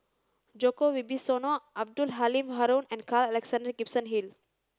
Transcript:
Djoko Wibisono Abdul Halim Haron and Carl Alexander Gibson Hill